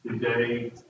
today